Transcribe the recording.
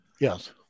Yes